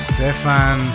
Stefan